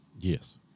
Yes